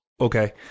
okay